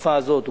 בתקופה הזאת,